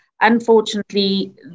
unfortunately